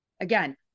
again